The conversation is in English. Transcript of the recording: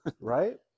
Right